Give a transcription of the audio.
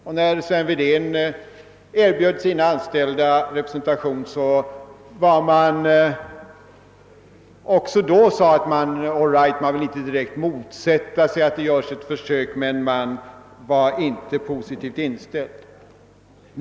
Och när Sven Wedén erbjöd sina anställda representation sade man att man inte direkt ville motsätta sig att det gjordes ett försök, men man var inte positivt inställd.